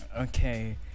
Okay